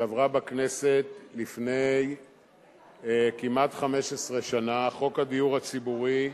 שעברה בכנסת לפני כמעט 15 שנה, חוק הדיור הציבורי.